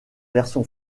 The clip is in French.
version